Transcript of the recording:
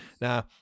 Now